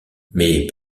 mais